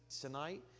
tonight